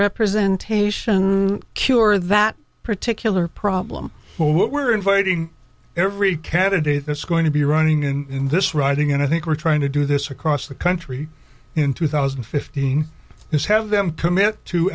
representation cure that particular problem what we're inviting every candidate that's going to be running in this riding and i think we're trying to do this across the country in two thousand and fifteen is have them commit to